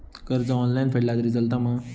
कर्ज ऑनलाइन फेडला तरी चलता मा?